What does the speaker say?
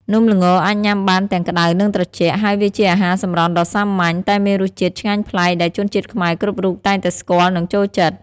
នំល្ងអាចញ៉ាំបានទាំងក្តៅ និងត្រជាក់ ហើយវាជាអាហារសម្រន់ដ៏សាមញ្ញ តែមានរសជាតិឆ្ងាញ់ប្លែកដែលជនជាតិខ្មែរគ្រប់រូបតែងតែស្គាល់ និងចូលចិត្ត។